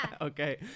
Okay